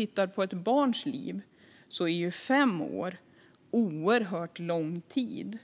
I ett barns liv är fem år under de här premisserna en oerhört lång tid.